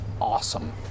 awesome